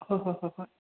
ꯍꯣ ꯍꯣ ꯍꯣ ꯍꯣꯏ